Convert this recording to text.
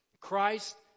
Christ